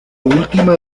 última